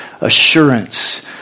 assurance